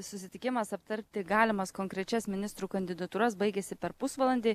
susitikimas aptarti galimas konkrečias ministrų kandidatūras baigėsi per pusvalandį